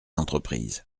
entreprises